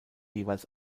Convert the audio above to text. jeweils